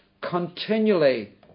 continually